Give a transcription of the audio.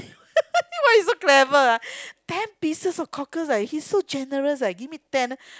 why you so clever ah ten pieces of cockles eh he so generous eh give me ten